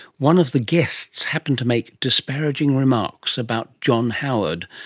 one of the guests happened to make disparaging remarks about john howard,